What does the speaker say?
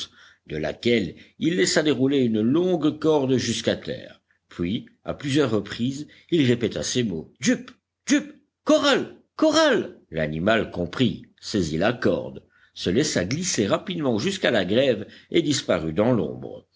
de laquelle il laissa dérouler une longue corde jusqu'à terre puis à plusieurs reprises il répéta ces mots jup jup corral corral l'animal comprit saisit la corde se laissa glisser rapidement jusqu'à la grève et disparut dans l'ombre